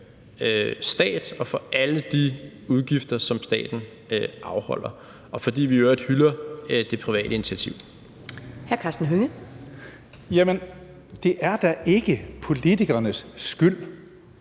vores stat og for alle de udgifter, som staten afholder, og fordi vi i øvrigt hylder det private initiativ. Kl. 14:29 Første næstformand